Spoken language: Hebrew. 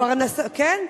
פרנסתה, כן.